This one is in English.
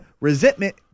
Resentment